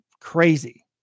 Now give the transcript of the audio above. crazy